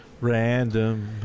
Random